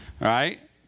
right